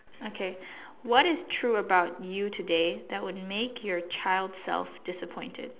okay what is true about you today that would make your child self disappointed